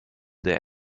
der